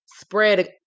spread